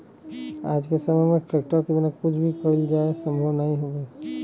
आज के समय में ट्रेक्टर के बिना कुछ भी कईल जाये संभव नाही हउवे